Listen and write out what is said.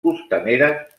costaneres